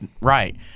right